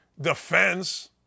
defense